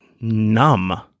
numb